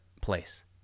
place